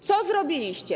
Co zrobiliście?